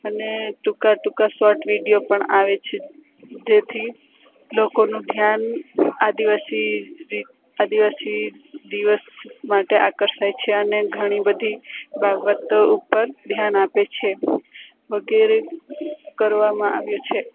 અને ટૂંકા ટૂંકા શોર્ટ વિડિયો પણ આવે છે જેથી લોકોનું ધ્યાન આદિવાસી આદિવાસી દિવસ માટે આકર્ષાય છે અને ઘણી બધી બાબતો ઉપર ધ્યાન આપે છે વગેરે કરવામાં આવે છે